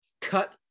cut